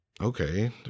okay